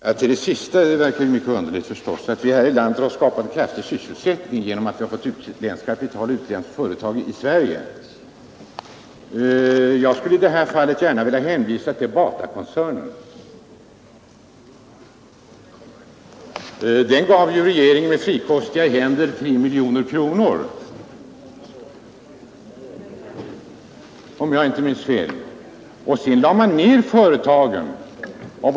Herr talman! Detta sista verkar ju mycket underligt — att vi här i landet skulle ha skapat en kraftig sysselsättning genom att vi fått utländskt kapital och utländska företag i Sverige. Jag skulle i det här fallet gärna vilja hänvisa till Batakoncernen, som regeringen med frikostiga händer gav 3 miljoner kronor, om jag inte minns fel. Efter en tid lades företagen ner med omfattande avskedanden som följd.